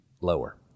lower